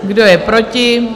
Kdo je proti?